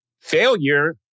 failure